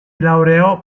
laureò